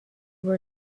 were